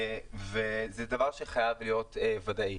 זה דבר שחייב להיות ודאי.